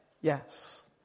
yes